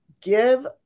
give